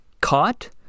Caught